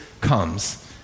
comes